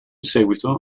seguito